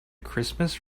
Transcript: christmas